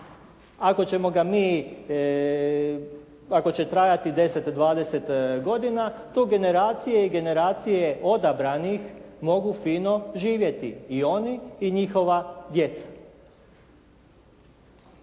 ako će trajati 10, 20 godina to generacije i generacije odabranih mogu fino živjeti i oni i njihova djeca.